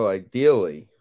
ideally